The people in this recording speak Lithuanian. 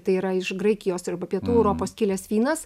tai yra iš graikijos arba pietų europos kilęs vynas